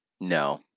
No